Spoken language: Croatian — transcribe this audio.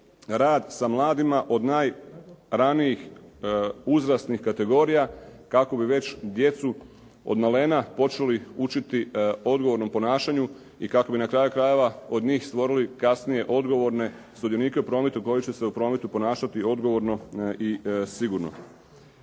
rad sa mladima od najranijih uzrasnih kategorija kako bi već djecu od malena počeli učiti odgovornom ponašanju i kako bi na kraju krajeva od njih stvorili kasnije odgovorne sudionike u prometu koji će se u prometu ponašati odgovorno i sigurno.